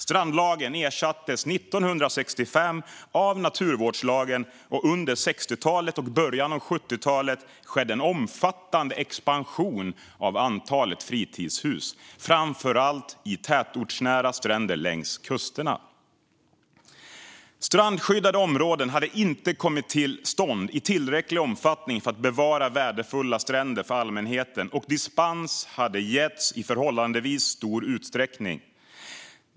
Strandlagen ersattes 1965 av naturvårdslagen, och under 60-talet och början av 70-talet skedde en omfattande expansion av antalet fritidshus, framför allt vid tätortsnära stränder längs kusterna. Strandskyddade områden hade inte kommit till stånd i tillräcklig omfattning för att bevara värdefulla stränder för allmänheten, och dispens hade getts i förhållandevis stor utsträckning.